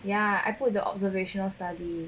ya I put the observational study